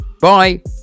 Bye